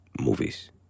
movies